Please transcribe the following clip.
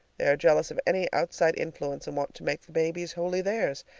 they are jealous of any outside influence and want to make the babies wholly theirs.